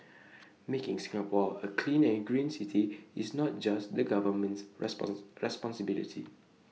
making Singapore A clean and green city is not just the government's response responsibility